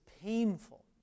painful